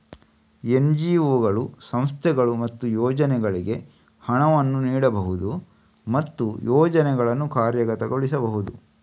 ಎನ್.ಜಿ.ಒಗಳು, ಸಂಸ್ಥೆಗಳು ಮತ್ತು ಯೋಜನೆಗಳಿಗೆ ಹಣವನ್ನು ನೀಡಬಹುದು ಮತ್ತು ಯೋಜನೆಗಳನ್ನು ಕಾರ್ಯಗತಗೊಳಿಸಬಹುದು